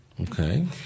Okay